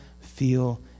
feel